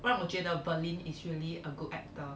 让我觉得 berlin is really a good actor